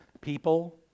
People